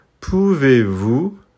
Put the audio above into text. Pouvez-vous